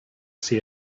see